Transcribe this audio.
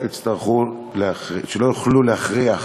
שלא יוכלו להכריח